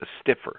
stiffer